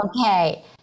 Okay